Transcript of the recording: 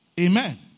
Amen